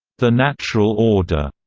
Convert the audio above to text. the natural order,